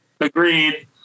Agreed